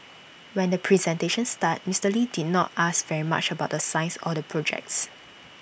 when the presentation started Mister lee did not ask very much about the science or the projects